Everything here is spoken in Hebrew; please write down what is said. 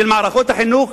של מערכות החינוך,